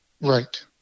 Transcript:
right